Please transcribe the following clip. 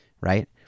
Right